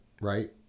right